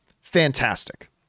fantastic